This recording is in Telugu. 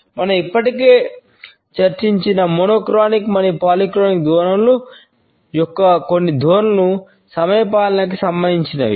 మనం ఇప్పటికే చర్చించిన మోనోక్రోనిక్ ధోరణుల యొక్క కొన్ని ధోరణులు సమయపాలనకి సంబంధించినవి